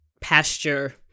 pasture